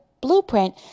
blueprint